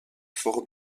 fort